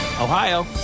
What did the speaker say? Ohio